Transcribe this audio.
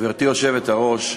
גברתי היושבת-ראש,